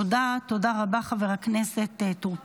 תודה רבה, חבר הכנסת טור פז.